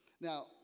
Now